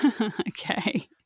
Okay